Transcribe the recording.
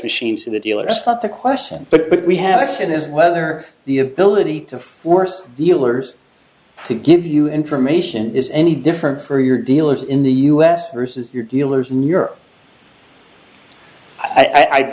machines in the dealer's lot the question but we have seen is whether the ability to force dealers to give you information is any different for your dealers in the u s versus your dealers in europe i